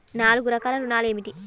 నాలుగు రకాల ఋణాలు ఏమిటీ?